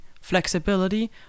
flexibility